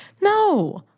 No